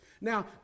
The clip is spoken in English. Now